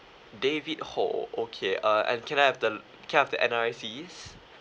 david hor okay uh and can I have the can I have the N_R_I_C